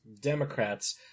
democrats